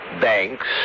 Banks